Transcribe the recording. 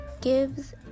gives